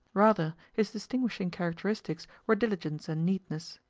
rather, his distinguishing characteristics were diligence and neatness.